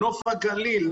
נוף הגליל,